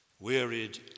wearied